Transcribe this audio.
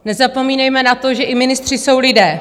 Nezapomínejme na to, že i ministři jsou lidé.